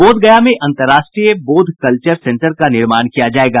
बोधगया में अंतर्राष्ट्रीय Bodh culture centre का निर्माण किया जायेगा